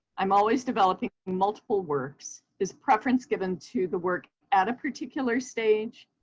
i'm always developing multiple works. is preference given to the work at a particular stage.